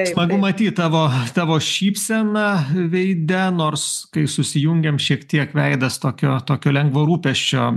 smagu matyt tavo tavo šypseną veide nors kai susijungėm šiek tiek veidas tokio tokio lengvo rūpesčio